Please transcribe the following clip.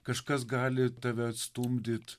kažkas gali tave stumdyt